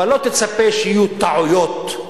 אבל לא תצפה שיהיו טעויות,